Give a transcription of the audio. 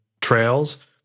trails